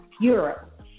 Europe